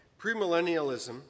Premillennialism